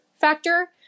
factor